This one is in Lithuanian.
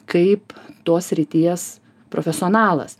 kaip tos srities profesionalas